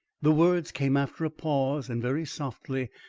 the words came after a pause and very softly,